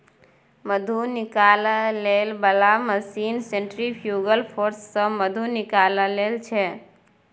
मधु निकालै बला machine centrifugal force सँ मधु निकालै छै